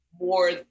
more